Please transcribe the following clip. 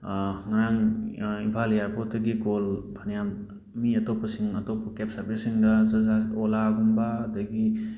ꯉꯔꯥꯡ ꯏꯝꯐꯥꯜ ꯏꯌꯥꯔꯄꯣꯠꯇꯒꯤ ꯀꯣꯜ ꯐꯅ ꯌꯥꯝ ꯃꯤ ꯑꯇꯣꯞꯄꯁꯤꯡ ꯑꯇꯣꯞꯄ ꯀꯦꯞ ꯁꯥꯔꯚꯤꯁꯁꯤꯡꯗ ꯁꯁ ꯑꯦꯖ ꯑꯣꯂꯥꯒꯨꯝꯕ ꯑꯗꯒꯤ